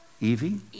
Evie